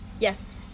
yes